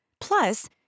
Plus